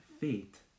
faith